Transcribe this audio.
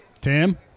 Tim